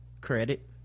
Credit